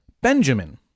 Benjamin